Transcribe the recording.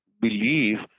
believe